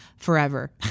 Forever